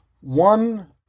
one